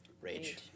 Rage